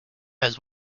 has